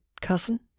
cousin